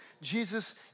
Jesus